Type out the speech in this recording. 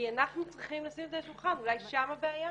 כי אנחנו צריכים לשים את זה על השולחן, שם הבעיה?